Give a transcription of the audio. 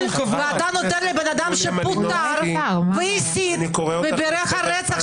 הוועדה נותנת לאדם שפוטר והסית ובירך על רצח